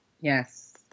Yes